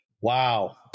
Wow